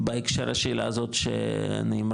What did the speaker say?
בהקשר לשאלה הזאת שנאמרה,